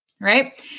Right